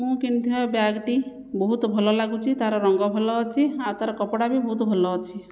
ମୁଁ କିଣିଥିବା ବ୍ୟାଗ୍ଟି ବହୁତ ଭଲ ଲାଗୁଛି ତାର ରଙ୍ଗ ଭଲ ଅଛି ଆଉ ତା'ର କପଡ଼ା ବି ବହୁତ ଭଲ ଅଛି